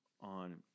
on